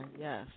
Yes